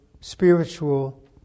spiritual